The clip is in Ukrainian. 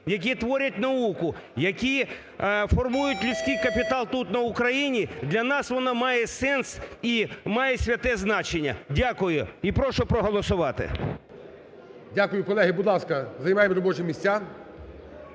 які творять науку, які формують людський капітал тут на Україні, для нас воно має сенс і має святе значення. Дякую і прошу проголосувати. ГОЛОВУЮЧИЙ. Дякую. Колеги, будь ласка, займаємо робочі місця,